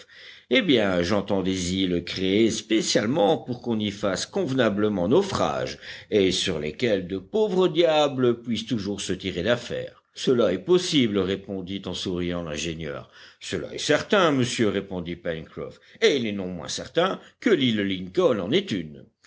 eh bien j'entends des îles créées spécialement pour qu'on y fasse convenablement naufrage et sur lesquelles de pauvres diables puissent toujours se tirer d'affaire cela est possible répondit en souriant l'ingénieur cela est certain monsieur répondit pencroff et il est non moins certain que l'île lincoln en est une